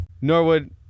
Norwood